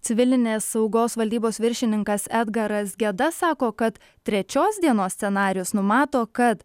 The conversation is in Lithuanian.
civilinės saugos valdybos viršininkas edgaras geda sako kad trečios dienos scenarijus numato kad